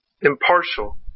impartial